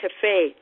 Cafe